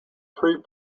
pre